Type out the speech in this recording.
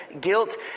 guilt